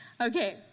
Okay